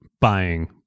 buying